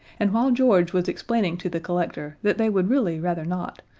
and while george was explaining to the collector that they would really rather not,